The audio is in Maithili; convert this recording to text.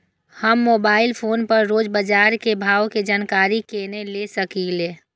हम मोबाइल फोन पर रोज बाजार के भाव के जानकारी केना ले सकलिये?